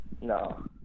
No